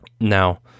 Now